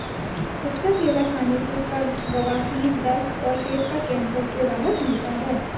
कच्चा केला खाने से कब्ज, बवासीर, दस्त और पेट का कैंसर से राहत मिलता है